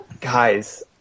Guys